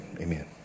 Amen